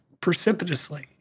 precipitously